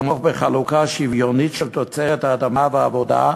בחלוקה שוויונית של תוצרת האדמה והעבודה,